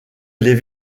les